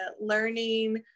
learning